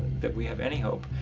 that we have any hope.